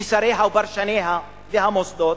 שריה ופרשניה והמוסדות,